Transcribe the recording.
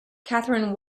catherine